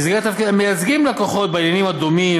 במסגרת תפקידם הם מייצגים לקוחות בעניינים הדומים